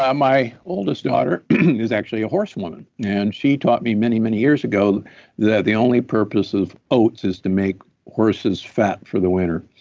um my oldest daughter is actually a horse woman and she taught me many, many years ago that the only purpose of oats is to make horses fat for the winter,